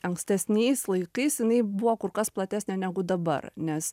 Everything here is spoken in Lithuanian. ankstesniais laikais jinai buvo kur kas platesnė negu dabar nes